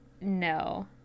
no